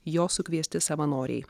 jo sukviesti savanoriai